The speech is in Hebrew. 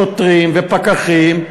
שוטרים ופקחים,